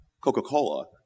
Coca-Cola